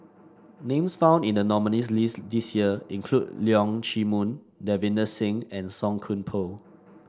names found in the nominees' list this year include Leong Chee Mun Davinder Singh and Song Koon Poh